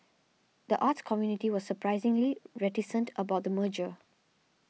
the arts community was surprisingly reticent about the merger